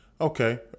okay